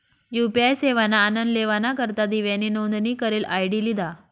UPI सेवाना आनन लेवाना करता दिव्यानी नोंदनी करेल आय.डी लिधा